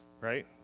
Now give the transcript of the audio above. right